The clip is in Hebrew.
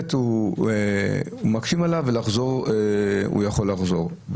מקשים עליו לצאת, והוא יכול לחזור.